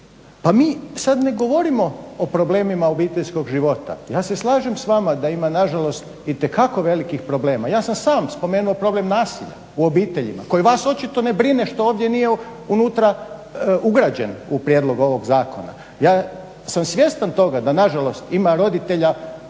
Pa mi sada ne govorimo o problemima obiteljskog života. Ja se slažem s vama da ima nažalost itekako velikih problema. Ja sam sam spomenuo problem nasilja u obiteljima koji vas očito ne brine što ovdje nije unutra ugrađen u prijedlog ovog zakona. Ja sam svjestan toga da nažalost ima roditelja